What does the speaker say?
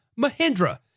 Mahindra